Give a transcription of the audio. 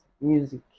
music